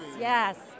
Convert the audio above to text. yes